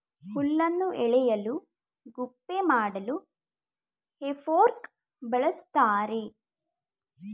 ಹುಲ್ಲನ್ನು ಎಳೆಯಲು ಗುಪ್ಪೆ ಮಾಡಲು ಹೇ ಫೋರ್ಕ್ ಬಳ್ಸತ್ತರೆ